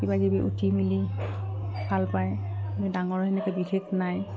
কিবাকিবি উঠি মেলি ভাল পায় ডাঙৰ সেনেকে বিশেষ নাই